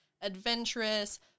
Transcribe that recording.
adventurous